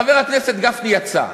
חבר הכנסת גפני יצא,